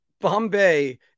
Bombay